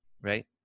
right